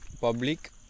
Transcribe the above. Public